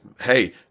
Hey